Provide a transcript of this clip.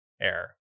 air